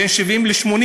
בין 70 ל-80,